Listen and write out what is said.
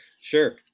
Sure